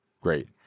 great